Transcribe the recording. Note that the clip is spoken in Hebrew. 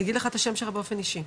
אני אגיד לך את השם שלה באופן אישי.